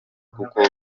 kuko